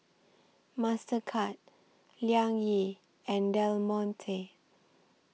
Mastercard Liang Yi and Del Monte